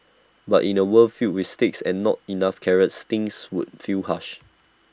but in A world filled with sticks and not enough carrots things would feel harsh